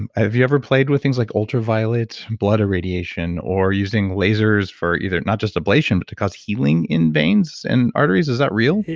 and have you ever played with things like ultraviolet blood irradiation or using lasers for not just ablation but to cause healing in veins and arteries? is that real?